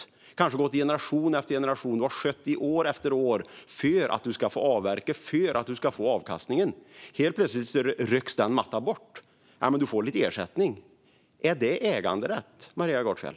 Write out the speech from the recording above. Det kanske har gått i generation efter generation, och du har skött det i år efter år för att du ska få avverka och få avkastning. Helt plötsligt rycks mattan bort. Men du får lite ersättning. Är det äganderätt, Maria Gardfjell?